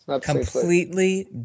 Completely